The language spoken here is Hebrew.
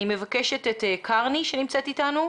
אני מבקשת את קרני שנמצאת איתנו,